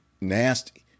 nasty